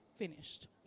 Finished